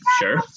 sure